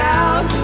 out